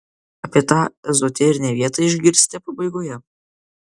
apie tą ezoterinę vietą išgirsite pabaigoje